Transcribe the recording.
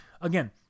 again